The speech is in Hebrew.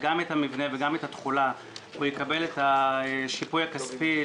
האם למשל יש צורך שהוועדה הזו תחדד את החקיקה שמחייבת את המשרד